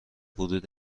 ورود